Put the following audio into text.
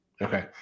Okay